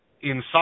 inside